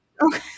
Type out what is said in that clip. Okay